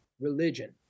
religion